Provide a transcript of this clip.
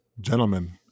gentlemen